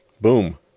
boom